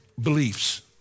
beliefs